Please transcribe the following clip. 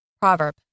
Proverb